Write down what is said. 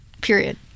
period